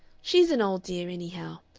she's an old dear, anyhow.